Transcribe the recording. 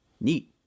Neat